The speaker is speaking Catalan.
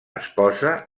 esposa